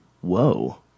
Whoa